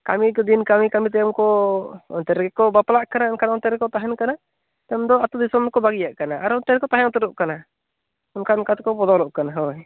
ᱠᱟᱹᱢᱤ ᱠᱚ ᱫᱤᱱ ᱠᱟᱹᱢᱤ ᱠᱟᱹᱢᱤ ᱛᱟᱭᱚᱢ ᱠᱚ ᱚᱱᱛᱮ ᱨᱮᱜᱮᱠᱚ ᱵᱟᱯᱞᱟᱜ ᱠᱟᱱᱟ ᱮᱱᱠᱷᱟᱱ ᱚᱱᱛᱮ ᱨᱮᱠᱚ ᱛᱟᱦᱮᱱ ᱠᱟᱱᱟ ᱛᱟᱭᱚᱢ ᱫᱚ ᱟᱛᱳ ᱫᱤᱥᱚᱢ ᱫᱚᱠᱚ ᱵᱟᱹᱜᱤᱭᱟᱜ ᱠᱟᱱᱟ ᱟᱨᱚ ᱚᱱᱛᱮ ᱨᱮᱠᱚ ᱛᱟᱦᱮᱸ ᱩᱛᱟᱹᱨᱚᱜ ᱠᱟᱱᱟ ᱚᱱᱠᱟ ᱚᱱᱠᱟ ᱛᱮᱠᱚ ᱵᱚᱫᱚᱞᱚᱜ ᱠᱟᱱᱟ ᱦᱳᱭ